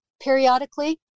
periodically